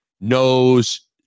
knows